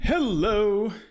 Hello